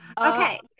okay